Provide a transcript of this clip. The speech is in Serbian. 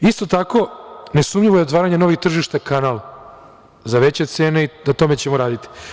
Isto tako, nesumnjivo je otvaranje novih tržišta, kanal, za veće cene i na tome ćemo raditi.